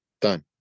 done